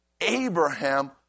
Abraham